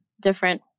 different